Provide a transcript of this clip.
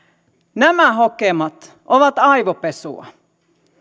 nämä hokemat ovat aivopesua